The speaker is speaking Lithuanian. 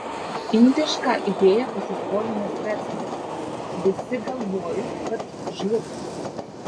indišką idėją pasiskolinęs verslininkas visi galvojo kad žlugsiu